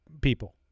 people